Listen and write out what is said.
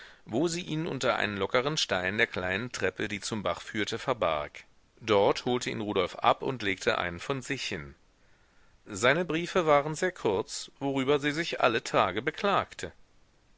wo sie ihn unter einen lockeren stein der kleinen treppe die zum bach führte verbarg dort holte ihn rudolf ab und legte einen von sich hin seine briefe waren sehr kurz worüber sie sich alle tage beklagte